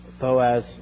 Boaz